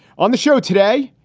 on the show today,